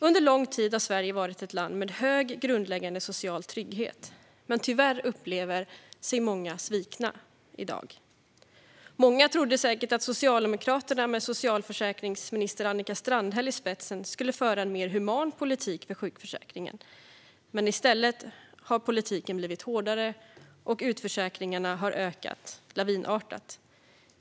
Under lång tid har Sverige varit ett land med hög grundläggande social trygghet, men tyvärr upplever många sig svikna i dag. Många trodde säkert att Socialdemokraterna med socialförsäkringsminister Annika Strandhäll i spetsen skulle föra en mer human politik för sjukförsäkringen, men i stället har politiken blivit hårdare och utförsäkringarna ökat lavinartat.